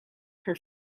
her